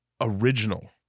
original